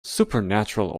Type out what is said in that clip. supernatural